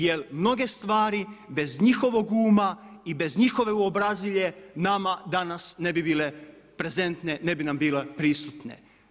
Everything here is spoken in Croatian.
Jer mnoge stvari bez njihovog uma i bez njihove uobrazilje nama danas ne bi bile prezentne, ne bi nam bile prisutne.